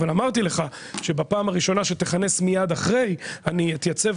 אבל אמרתי לך שבפעם הראשונה שתכנס מיד אחרי אני אתייצב